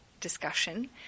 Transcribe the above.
discussion